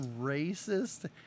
racist